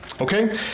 Okay